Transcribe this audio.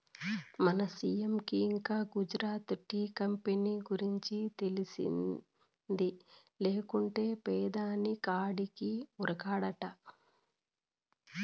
మన సీ.ఎం కి ఇంకా గుజరాత్ టీ కంపెనీ గురించి తెలిసింది లేకుంటే పెదాని కాడికి ఉరకడా